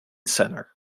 center